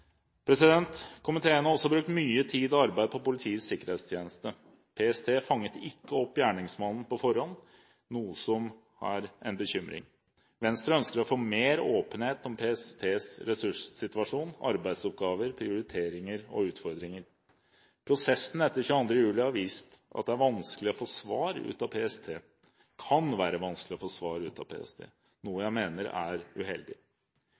Komiteen har også brukt mye tid og arbeid på Politiets sikkerhetstjeneste. PST fanget ikke opp gjerningsmannen på forhånd, noe som er en bekymring. Venstre ønsker å få mer åpenhet om PSTs ressurssituasjon, arbeidsoppgaver, prioriteringer og utfordringer. Prosessen etter 22. juli har vist at det kan være vanskelig å få svar ut av PST, noe jeg mener er uheldig. I etterkant av 22. juli har vi fått lese – riktignok noe